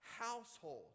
household